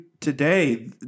today